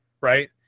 right